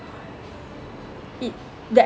it that